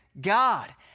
God